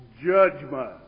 judgment